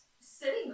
sitting